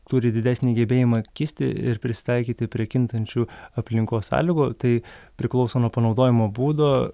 turi didesnį gebėjimą kisti ir prisitaikyti prie kintančių aplinkos sąlygų tai priklauso nuo panaudojimo būdo